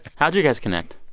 how'd you guys connect?